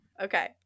Okay